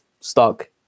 stuck